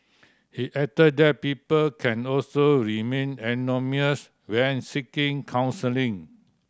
he added that people can also remain anonymous when seeking counselling